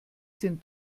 sind